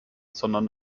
sondern